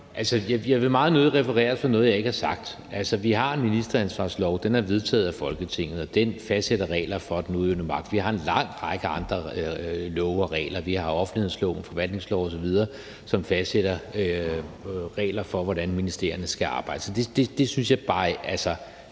Jeg vil meget nødig refereres for noget, jeg ikke har sagt. Vi har en ministeransvarlighedslov, som er vedtaget af Folketinget, og som fastsætter regler for den udøvende magt, og vi har en lang række andre love og regler. Vi har offentlighedsloven, forvaltningsloven osv., som fastsætter regler for, hvordan ministerierne skal arbejde. Så det synes jeg bare